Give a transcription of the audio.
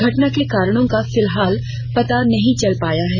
घटना के कारणों का फिलहाल पता नहीं चल पाया है